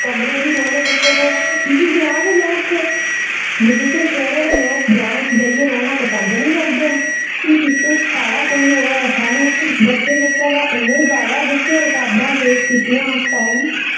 कमरे निं रौह्ने गित्तै थे की के ग्रांऽ दे लोक थे ते जेह्के शैह्रें दे लोक ग्रांऽ च जाइयै रौह्ना पसंद निं करदे न भी इसदे च साढ़ा कोई ओह् ऐ ऐसा निं बच्चे जेह्के ता इन्ने जादा जेह्कियां रुकावटां फेस कीतियां उस टाईम